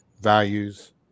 values